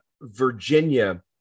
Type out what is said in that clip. Virginia